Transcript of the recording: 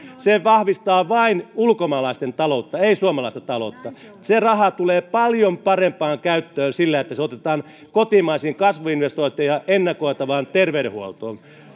se vahvistaa vain ulkomaalaisten taloutta ei suomalaista taloutta se raha tulee paljon parempaan käyttöön sillä että se otetaan kotimaisiin kasvuinvestointeihin ja ennakoivaan terveydenhuoltoon